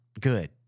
good